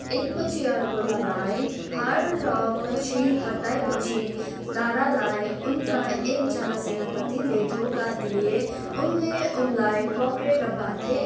एकपछि अर्को लडाइँ हार र पछि हटाईपछि दारालाई उनका एकजना सेनापतिले धोका दिए उनले उनलाई पक्रेर बाँधे